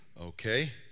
okay